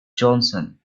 johnson